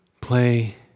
Play